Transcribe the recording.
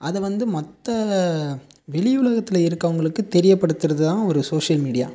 அதை வந்து மற்ற வெளி உலகத்தில் இருக்கவங்களுக்கு தெரிய படுத்துறதுதான் ஒரு சோஷியல் மீடியா